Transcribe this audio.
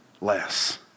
less